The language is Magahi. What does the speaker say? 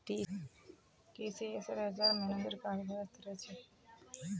टीसीएसेर एचआर मैनेजर काफी व्यस्त रह छेक